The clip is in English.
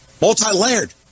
multi-layered